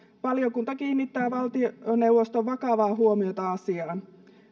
valiokunta kiinnittää valtioneuvoston vakavaa huomiota asiaan